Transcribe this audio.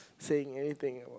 saying anything I want